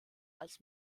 als